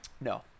No